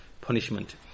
punishment